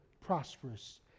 prosperous